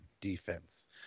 defense